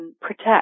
Protect